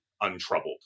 untroubled